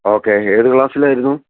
okay ഏത് ക്ലാസ്സിലായിരുന്നു